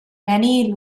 many